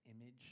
image